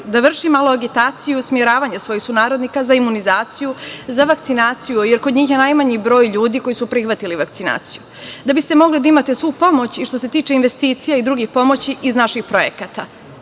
da vrši malo agitaciju usmeravanje svojih sunarodnika za imunizaciju, za vakcinaciju, jer kod njih je najmanji broj ljudi koji su prihvatili vakcinaciju da biste mogli da imate svu pomoć i što se tiče investicija i drugih pomoći iz naših projekata.